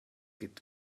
gibt